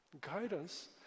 guidance